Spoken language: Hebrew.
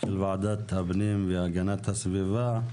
של ועדת הפנים והגנת הסביבה,